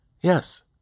Yes